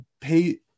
pay